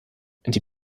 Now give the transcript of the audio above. die